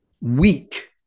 weak